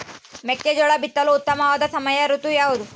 ಮೆಕ್ಕೆಜೋಳ ಬಿತ್ತಲು ಉತ್ತಮವಾದ ಸಮಯ ಋತು ಯಾವುದು?